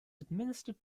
administered